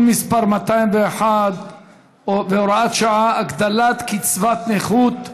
מס' 201 והוראת שעה) (הגדלת קצבת נכות),